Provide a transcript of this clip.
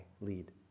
lead